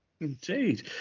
indeed